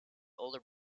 older